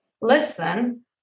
listen